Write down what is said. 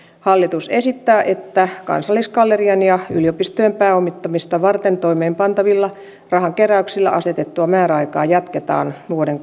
hallitus esittää että kansallisgallerian ja yliopistojen pääomittamista varten toimeenpantavilla rahankeräyksillä asetettua määräaikaa jatketaan vuoden